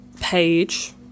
page